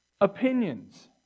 Opinions